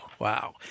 Wow